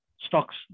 stocks